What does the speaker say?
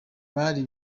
bari